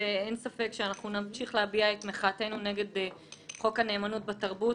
ואין ספק שאנחנו נמשיך להביע את מחאתנו נגד חוק הנאמנות בתרבות.